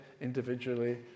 individually